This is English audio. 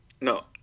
No